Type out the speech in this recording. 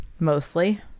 mostly